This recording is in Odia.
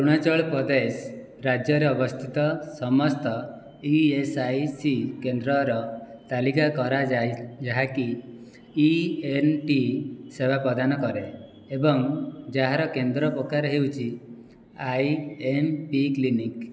ଅରୁଣାଚଳ ପ୍ରଦେଶ ରାଜ୍ୟରେ ଅବସ୍ଥିତ ସମସ୍ତ ଇ ଏସ୍ ଆଇ ସି କେନ୍ଦ୍ରର ତାଲିକା କରଯାଏ ଯାହାକି ଇ ଏନ୍ ଟି ସେବା ପ୍ରଦାନ କରେ ଏବଂ ଯାହାର କେନ୍ଦ୍ର ପ୍ରକାର ହେଉଛି ଆଇ ଏମ୍ ପି କ୍ଲିନିକ୍